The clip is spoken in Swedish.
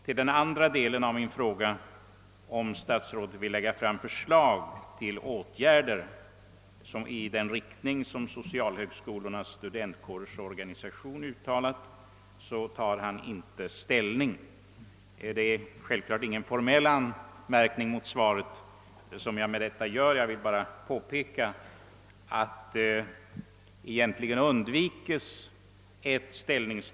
Till den andra delen av min fråga, om man överväger att lägga fram förslag till åtgärder i den riktning som Socialhögskolornas studentkårers organisation uttalat sig för, tar statsrådet inte ställning. Det är självfallet ingen formell anmärkning mot svaret som jag med det anförda vill göra. Jag vill bara påpeka att ett ställningstagande i själva verket undvikes.